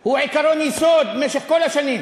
הוא עקרון יסוד במשך כל השנים,